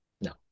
No